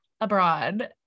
abroad